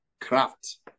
craft